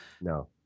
No